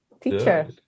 teacher